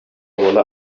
буола